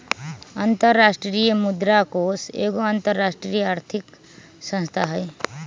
अंतरराष्ट्रीय मुद्रा कोष एगो अंतरराष्ट्रीय आर्थिक संस्था हइ